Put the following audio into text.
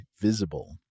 Visible